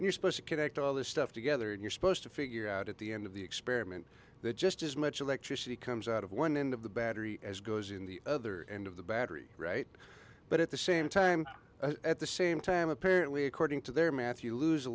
you're supposed to connect all this stuff together and you're supposed to figure out at the end of the experiment that just as much electricity comes out of one end of the battery as goes in the other end of the battery right but at the same time at the same time apparently according to their math you lose a